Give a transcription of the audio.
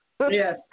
Yes